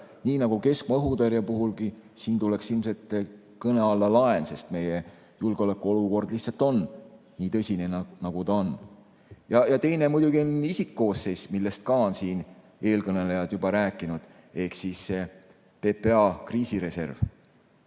Nii nagu keskmaa-õhutõrje puhulgi tuleks siin ilmselt kõne alla laen, sest meie julgeolekuolukord lihtsalt on nii tõsine, nagu ta on. Ja teine [mure] muidugi on isikkoosseis, millest ka siin eelkõnelejad on juba rääkinud, ehk PPA kriisireserv.